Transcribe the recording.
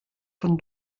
von